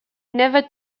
never